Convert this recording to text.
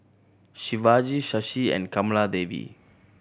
Shivaji Shashi and Kamaladevi